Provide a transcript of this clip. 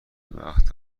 وقت